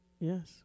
Yes